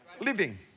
living